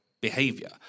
behavior